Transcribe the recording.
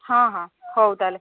ହଁ ହଁ ହଉ ତାହେଲେ